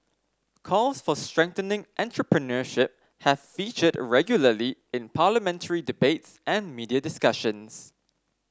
calls for strengthening entrepreneurship have featured regularly in parliamentary debates and media discussions